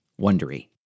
wondery